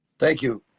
thank you,